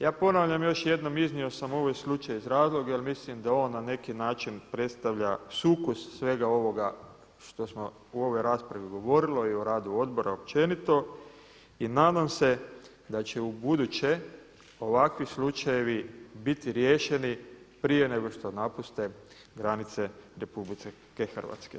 Ja ponavljam još jednom, iznio sam ovaj slučaj iz razloga jer mislim da on na neki način predstavlja sukus svega ovoga što smo u ovoj raspravi govorili i o radu odbora općenito i nadam se da će ubuduće ovakvi slučajevi biti riješeni prije nego što napuste granice RH.